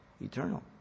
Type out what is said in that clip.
eternal